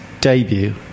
debut